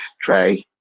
try